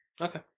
Okay